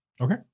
Okay